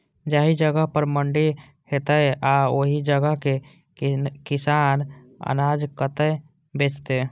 जाहि जगह पर मंडी हैते आ ओहि जगह के किसान अनाज कतय बेचते?